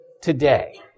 today